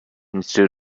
into